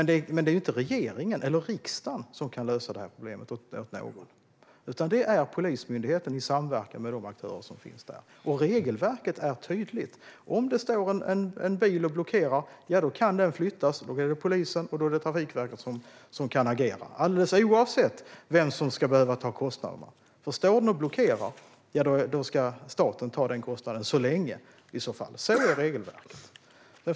Det är inte regeringen eller riksdagen som kan lösa det här problemet åt någon, utan det är Polismyndigheten som ska göra det i samverkan med de aktörer som finns där. Regelverket är tydligt: Om det står en bil och blockerar kan den flyttas, och det är polisen och Trafikverket som kan agera - alldeles oavsett vem som ska behöva ta kostnaderna. Står bilen och blockerar ska staten i så fall ta kostnaden så länge. Så ser regelverket ut.